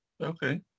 Okay